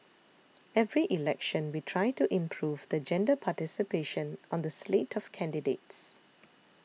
every election we try to improve the gender participation on the slate of candidates